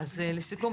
לסיכום.